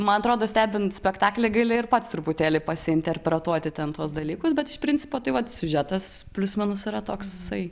man atrodo stebint spektaklį gali ir pats truputėlį pasiinterpretuoti ten tuos dalykus bet iš principo tai vat siužetas plius minus yra toksai